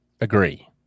Agree